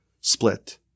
split